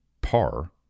par